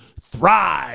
thrive